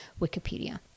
Wikipedia